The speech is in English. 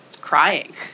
crying